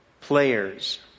players